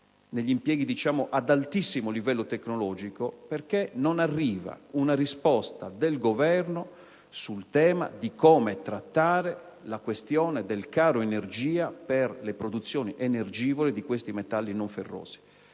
negli aerei. Ciò è dovuto al fatto che non arriva una risposta del Governo sul tema di come trattare la questione del caro energia per le produzioni energivore di questi metalli non ferrosi.